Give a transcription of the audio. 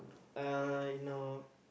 uh I know